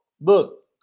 Look